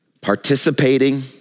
participating